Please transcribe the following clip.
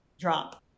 drop